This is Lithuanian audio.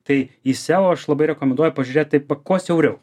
tai į seo aš labai rekomenduoju pažiūrėt taip kuo siauriau